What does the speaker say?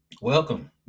Welcome